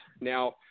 Now